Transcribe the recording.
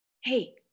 Hey